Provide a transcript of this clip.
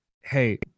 hey